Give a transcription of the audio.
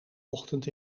ochtend